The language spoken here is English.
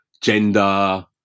gender